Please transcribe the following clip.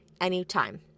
anytime